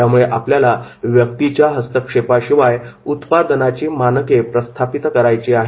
त्यामुळे आपल्याला व्यक्तीच्या हस्तक्षेपाशिवाय उत्पादनाची मानके प्रस्थापित करायची आहेत